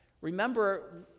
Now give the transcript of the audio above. Remember